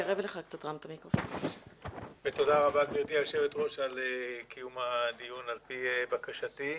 על קיום הדיון על פי בקשתי.